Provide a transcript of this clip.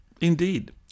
Indeed